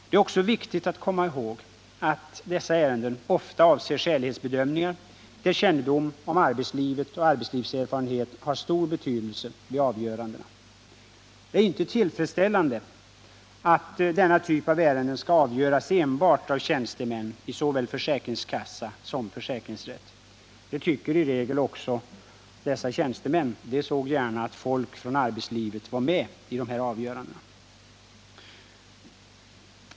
Det är också viktigt att komma ihåg att dessa ärenden ofta avser skälighetsbedömningar, där kännedom om arbetslivet och arbetslivserfarenhet har stor betydelse vid avgörandena. Det är inte tillfredsställande att denna typ av ärenden skall avgöras enbart av tjänstemän i såväl försäkringskassa som försäkringsrätt. Det tycker i regel också dessa tjänstemän — de såg gärna att folk från näringslivet var med i dessa avgöranden.